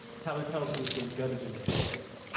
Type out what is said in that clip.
tyler tells me they've gutted the damn place.